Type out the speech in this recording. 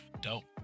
Dope